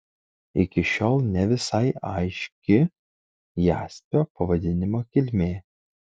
iki šiol ne visai aiški jaspio pavadinimo kilmė